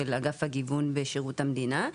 של אגף הגיוון בשירות המדינה,